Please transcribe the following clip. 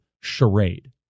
charade